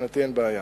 מבחינתי אין בעיה.